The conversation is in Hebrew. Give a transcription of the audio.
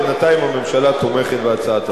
בינתיים הממשלה תומכת בהצעת החוק.